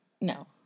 No